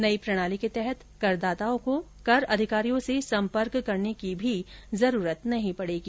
नई प्रणाली के तहत करदाताओं को कर अधिकारियों से संपर्क करने की भी जरूरत नहीं पड़ेगी